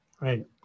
Right